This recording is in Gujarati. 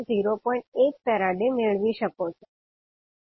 1 ફેરાડે મેળવી શકો છો